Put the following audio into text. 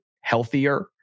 healthier